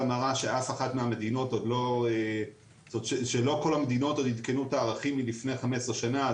מראה שלא כל המדינות עוד עדכנו את הערכים מלפני 15 שנה.